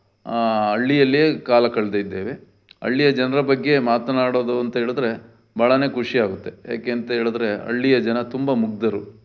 ಹಳ್ಳಿಯಲ್ಲೇ ಕಾಲ ಕಳೆದಿದ್ದೇವೆ ಹಳ್ಳಿಯ ಜನರ ಬಗ್ಗೆ ಮಾತನಾಡೋದು ಅಂತ ಹೇಳಿದ್ರೆ ಭಾಳಾ ಖುಷಿ ಆಗುತ್ತೆ ಏಕೆ ಅಂತ ಹೇಳಿದ್ರೆ ಹಳ್ಳಿಯ ಜನ ತುಂಬ ಮುಗ್ದರು